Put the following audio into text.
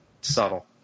Subtle